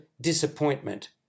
disappointment